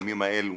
בימים האלו